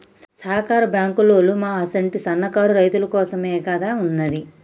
సహకార బాంకులోల్లు మా అసుంటి సన్నకారు రైతులకోసమేగదా ఉన్నది